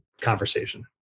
conversation